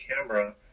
camera